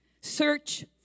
Search